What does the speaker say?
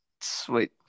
Sweet